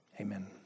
Amen